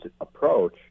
approach